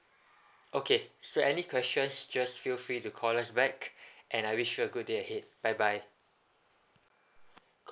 okay so any questions just feel free to call us back and I wish a good day ahead bye bye